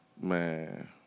Man